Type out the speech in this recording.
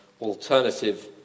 alternative